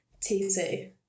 TC